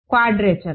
quadrature